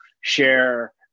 share